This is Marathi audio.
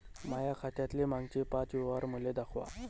माया खात्यातले मागचे पाच व्यवहार मले दाखवा